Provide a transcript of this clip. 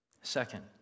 Second